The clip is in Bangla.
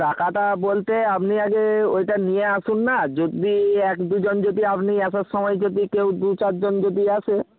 টাকাটা বলতে আপনি আগে ওইটা নিয়ে আসুন না যদি এক দুজন যদি আপনি আসার সময়ে যদি কেউ দু চারজন যদি আসে